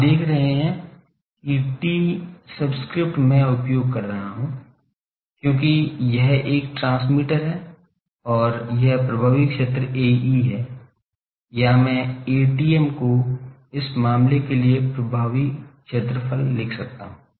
आप देख रहे हैं कि T सबस्क्रिप्ट मैं उपयोग कर रहा हूं क्योंकि यह एक ट्रांसमीटर है और यह क्षेत्र प्रभावी क्षेत्र Ae है या मैं Atm को इस मामले के लिए अधिकतम प्रभावी क्षेत्र लिख सकता हूं